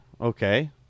Okay